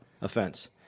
offense